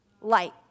light